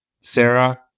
Sarah